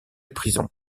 prison